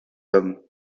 hommes